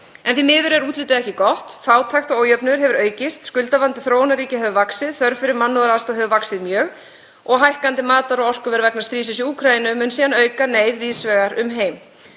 En því miður er útlitið ekki gott. Fátækt og ójöfnuður hefur aukist. Skuldavandi þróunarríkja hefur vaxið, þörf fyrir mannúðaraðstoð hefur vaxið mjög og hækkandi matar- og orkuverð vegna stríðsins í Úkraínu mun síðan auka neyð víðs vegar um heim.